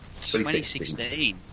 2016